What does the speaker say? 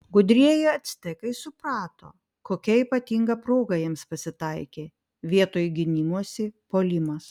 gudrieji actekai suprato kokia ypatinga proga jiems pasitaikė vietoj gynimosi puolimas